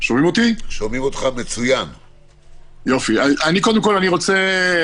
קודם כול אני רוצה,